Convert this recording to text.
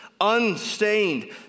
unstained